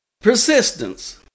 Persistence